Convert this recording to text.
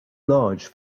large